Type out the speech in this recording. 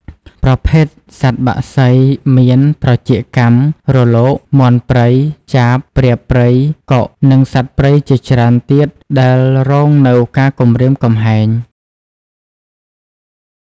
ប្រភេទសត្វបក្សីមាន ត្រចៀកកាំ រលក មាន់ព្រៃ ចាប ព្រាបព្រៃ កុក និងសត្វព្រៃជាច្រើនទៀតដែលរងនូវការគំរាមគំហែង។